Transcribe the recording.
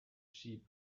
sheep